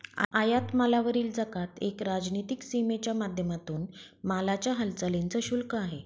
आयात मालावरील जकात एक राजनीतिक सीमेच्या माध्यमातून मालाच्या हालचालींच शुल्क आहे